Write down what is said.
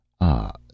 Ah